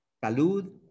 salud